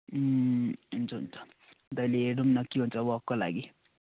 हुन्छ हुन्छ दादा अहिले हेरौँ न के हुन्छ वकको लागि